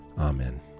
Amen